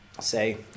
say